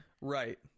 Right